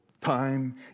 time